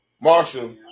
Marshall